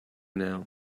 now